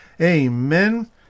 Amen